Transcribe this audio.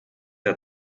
der